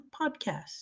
Podcast